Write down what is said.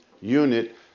unit